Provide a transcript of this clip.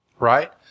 right